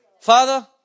Father